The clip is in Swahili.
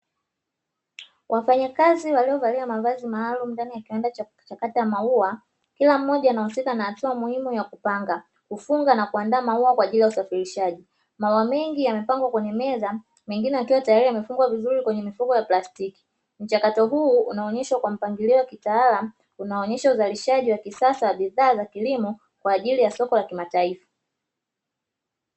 Wafanyakazi waliovalia mavazi maalumu ndani ya kiwanda cha kuchakata maua, kila mmoja anahusika na hatua muhimu ya kupanga, kufunga na kuandaa maua kwa ajili ya usafirishaji. Maua mengi yamepangwa kwenye meza, mengine yakiwa tayari yamefungwa vizuri kwenye mifuko ya plastiki; mchakato huu unaoneshwa kwa mpangilio wa kitaalamu, unaonesha uzalishaji wa kisasa wa bidhaa za kilimo kwa ajili ya soko la kimataifa.